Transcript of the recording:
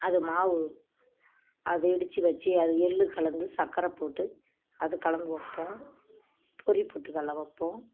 அது மாவு அது இடித்து வச்சு அது எள்ளு கலந்து சக்கரை போட்டு அது கலந்து வைப்போம் பொரி பொட்டுக்கடல வைப்போம்